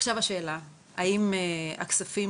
עכשיו השאלה, האם הכספים